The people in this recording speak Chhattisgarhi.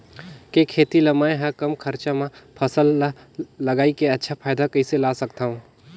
के खेती ला मै ह कम खरचा मा फसल ला लगई के अच्छा फायदा कइसे ला सकथव?